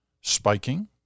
spiking